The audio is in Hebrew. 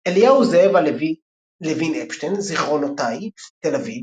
אליהו זאב הלוי לוין-אפשטין, זכרונותי, תל אביב